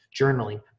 journaling